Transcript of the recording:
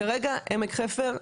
כרגע, עמק חפר,